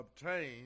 obtained